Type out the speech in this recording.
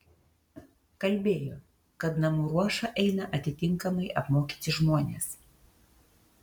kalbėjo kad namų ruošą eina atitinkamai apmokyti žmonės